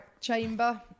chamber